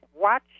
watch